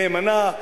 נאמנה,